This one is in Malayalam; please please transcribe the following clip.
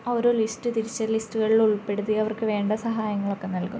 ആ ഒരു ലിസ്റ്റ് തിരിച്ചു ലിസ്റ്റുകളിൽ ഉൾപ്പെടുത്തി അവർക്കു വേണ്ട സഹായങ്ങളൊക്കെ നൽകും